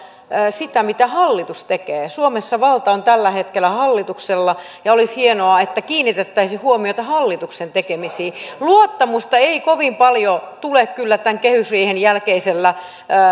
sitä mitä hallitus tekee suomessa valta on tällä hetkellä hallituksella ja olisi hienoa että kiinnitettäisiin huomiota hallituksen tekemisiin luottamusta ei kovin paljon tule kyllä tämän kehysriihen jälkeisellä